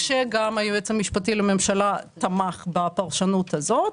כשגם היועץ המשפטי לממשלה תמך בפרשנות הזאת.